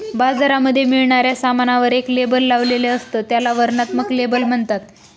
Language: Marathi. बाजारामध्ये मिळणाऱ्या सामानावर एक लेबल लावलेले असत, त्याला वर्णनात्मक लेबल म्हणतात